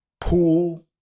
pool